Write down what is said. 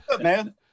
Man